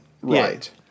Right